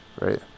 right